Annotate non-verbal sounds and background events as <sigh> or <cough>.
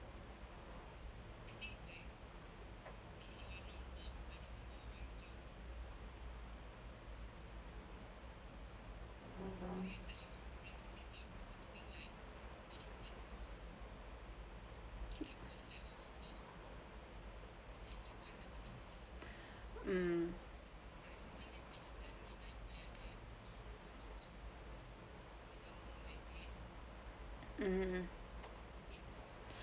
<noise> um mm